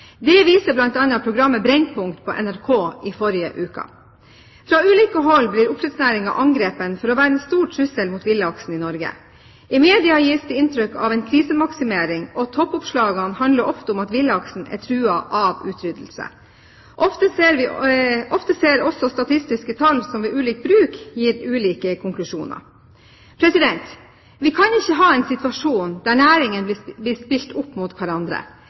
Det viser bl.a. programmet Brennpunkt på NRK i forrige uke. Fra ulike hold blir oppdrettsnæringen angrepet for å være en stor trussel mot villaksen i Norge. I media gis det inntrykk av en krisemaksimering, og toppoppslagene handler ofte om at villaksen er truet av utryddelse. Ofte ser vi også statistiske tall som ved ulik bruk gir ulike konklusjoner. Vi kan ikke ha en situasjon der næringene blir spilt opp mot hverandre.